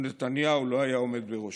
ונתניהו לא היה עומד בראשה.